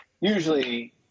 usually